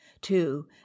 Two